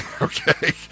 okay